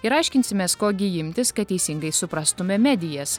ir aiškinsimės ko gi imtis kad teisingai suprastume medijas